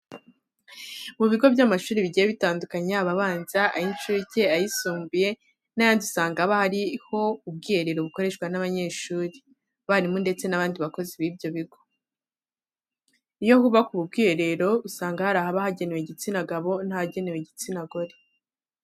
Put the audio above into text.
Mu bigo by'amashuri bigiye bitandukanye yaba abanza, ay'incuke, ayisumbuye n'ayandi usanga haba hari ubwiherero bukoreshwa n'abanyeshuri, abarimu ndetse n'abandi bakozi b'ibyo bigo. Iyo hubakwa ubu bwiherero, usanga hari ahaba hagenewe igitsina gabo n'ahagenewe igitsina gore.